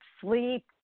sleep